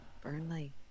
Burnley